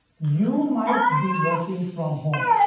you might be working from home.